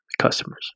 customers